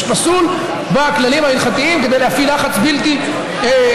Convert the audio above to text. פסול בכללים ההלכתיים כדי להפעיל לחץ לא צודק,